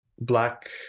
black